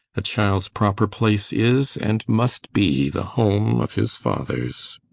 a child's proper place is, and must be, the home of his fathers.